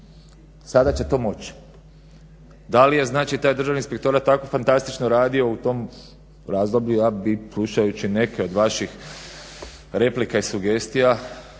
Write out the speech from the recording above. Sada će to moći. Da li je znači taj Državni inspektorat tako fantastično radio u tom razdoblju? Ja bih slušajući neke od vaših replika i sugestija